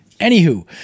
anywho